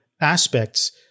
aspects